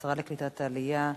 השרה לקליטת העלייה,